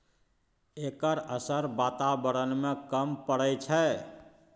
एकर असर बाताबरण में कम परय छै